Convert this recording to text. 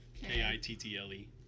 K-I-T-T-L-E